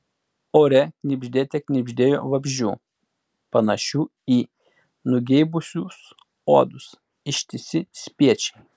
ore knibždėte knibždėjo vabzdžių panašių į nugeibusius uodus ištisi spiečiai